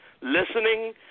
listening